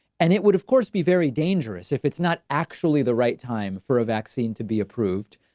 and it would, of course, be very dangerous if it's not actually the right time for a vaccine to be approved.